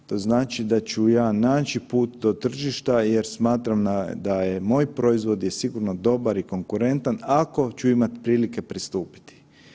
To znači da ću ja naći put do tržišta jer smatram da je moj proizvod je sigurno dobar i konkurentan ako ću imati prilike pristupiti.